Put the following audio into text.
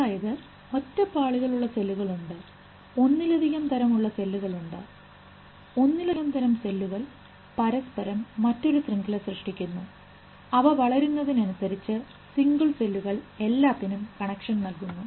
അതായത് ഒറ്റ പാളികൾ ഉള്ള സെല്ലുകൾ ഉണ്ട് ഒന്നിലധികം തരം ഉള്ള സെല്ലുകൾ ഉണ്ട് ഒന്നിലധികം തരം സെല്ലുകൾ പരസ്പരം മറ്റൊരു ശൃംഖല സൃഷ്ടിക്കുന്നു അവ വളരുന്നതിനനുസരിച്ച് സിംഗിൾ സെല്ലുകൾ എല്ലാത്തിനും കണക്ഷൻ നൽകുന്നു